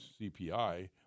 CPI